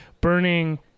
burning